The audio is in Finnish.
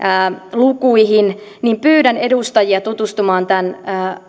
lukuihin niin pyydän edustajia tutustumaan tämän